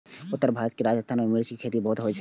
उत्तर भारत के राजस्थान मे मिर्च के खेती बहुत होइ छै